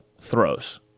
throws